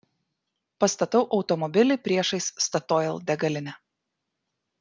pastatau automobilį priešais statoil degalinę